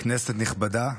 כנסת נכבדה,